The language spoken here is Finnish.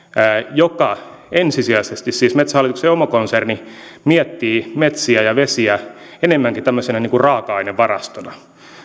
joka ensisijaisesti siis metsähallituksen oma konserni miettii metsiä ja vesiä enemmänkin tämmöisenä raaka ainevarastona